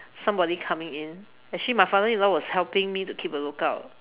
somebody coming in actually my father in law was helping me to keep a look out